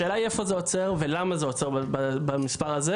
השאלה היא איפה זה עוצר ולמה זה עוצר במספר הזה?